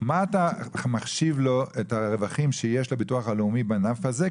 מה אתה מחשיב לו את הרווחים שיש לביטוח הלאומי בענף הזה,